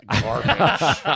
Garbage